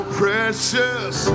precious